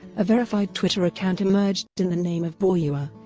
a verified twitter account emerged in the name of bauua,